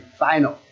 final